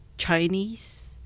Chinese